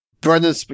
Brendan